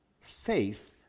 faith